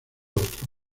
otro